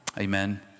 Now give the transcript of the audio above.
Amen